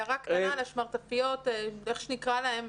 הערה קטנה לגבי השמרטפיות או איך שנקרא להם.